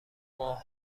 ماه